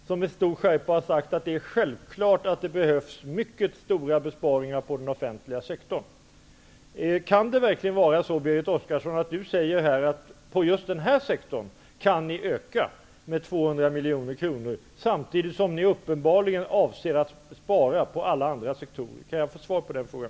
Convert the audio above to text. Med stor skärpa sade de att det är självklart att det behövs mycket stora besparingar inom den offentliga sektorn. Kan det verkligen vara så, Berit Oscarsson, att ni just inom den här sektorn kan öka anslaget med 200 miljoner kronor? Samtidigt avser ni uppenbarligen att spara inom alla andra sektorer. Kan jag få ett svar på den frågan?